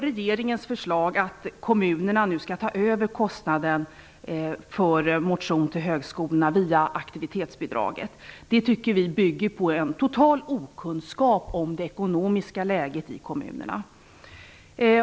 Regeringens förslag att kommunerna skall ta över kostnaden för motion till högskolorna via aktivitetsbidraget tycker vi bygger på en total okunskap om det ekonomiska läget i kommunerna.